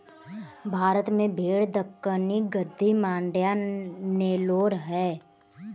भारत में भेड़ दक्कनी, गद्दी, मांड्या, नेलोर है